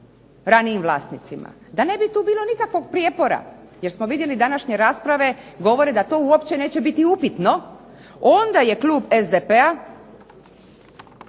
ranijim vlasnicima. Da ne bi tu bilo nikakvog prijepora jer smo vidjeli današnje rasprave govore da to uopće neće biti upitno, onda je klub SDP-a